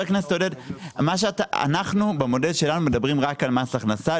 אנחנו במודל שלנו מדברים רק על מס הכנסה,